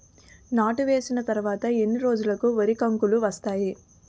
నాట్లు వేసిన తర్వాత ఎన్ని రోజులకు వరి కంకులు వస్తాయి?